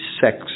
sex